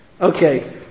Okay